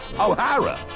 O'Hara